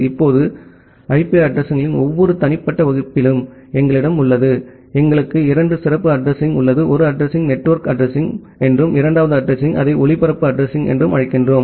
இப்போது ஐபி அட்ரஸிங்களின் ஒவ்வொரு தனிப்பட்ட வகுப்பிலும் எங்களிடம் உள்ளது எங்களுக்கு இரண்டு சிறப்பு அட்ரஸிங்உள்ளது ஒரு அட்ரஸிங்நெட்வொர்க் அட்ரஸிங் என்றும் இரண்டாவது அட்ரஸிங்அதை ஒளிபரப்பு அட்ரஸிங்என்றும் அழைக்கிறோம்